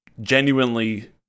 genuinely